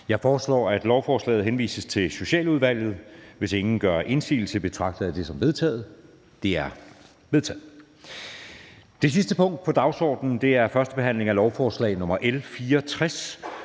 Jeg foreslår, at lovforslaget henvises til Socialudvalget. Hvis ingen gør indsigelse, betragter jeg dette som vedtaget. Det er vedtaget. --- Det sidste punkt på dagsordenen er: 3) 1. behandling af lovforslag nr. L 64: